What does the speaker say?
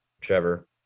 trevor